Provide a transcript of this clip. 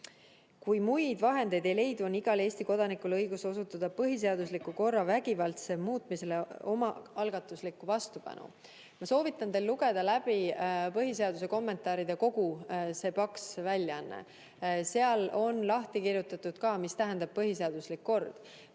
"Kui muid vahendeid ei leidu, on igal Eesti kodanikul õigus osutada põhiseadusliku korra vägivaldsele muutmisele omaalgatuslikku vastupanu." Ma soovitan teil lugeda läbi põhiseaduse kommentaarid, kogu see paks väljaanne. Seal on lahti kirjutatud ka see, mida tähendab põhiseaduslik kord.